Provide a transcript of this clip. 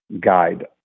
guide